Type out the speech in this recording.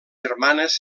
germanes